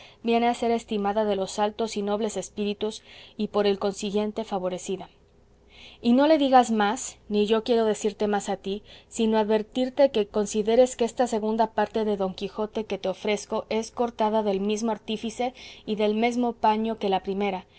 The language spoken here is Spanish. viene a ser estimada de los altos y nobles espíritus y por el consiguiente favorecida y no le digas más ni yo quiero decirte más a ti sino advertirte que consideres que esta segunda parte de don quijote que te ofrezco es cortada del mismo artífice y del mesmo paño que la primera